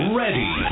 ready